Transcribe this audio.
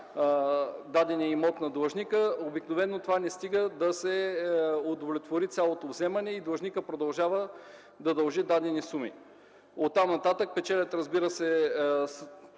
даденият имот на длъжника, обикновено това не стига да се удовлетвори цялото вземане и длъжникът продължава да има да дава дадени суми. Оттам нататък печелят, разбира се,